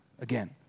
again